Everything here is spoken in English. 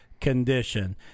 condition